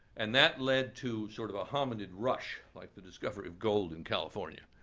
and that led to sort of a hominid rush, like the discovery of gold in california.